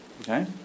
okay